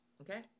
okay